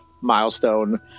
milestone